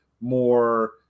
more